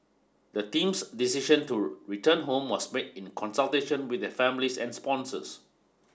the team's decision to return home was made in consultation with their families and sponsors